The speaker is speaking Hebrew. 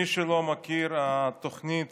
מי שלא מכיר, התוכנית